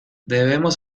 debemos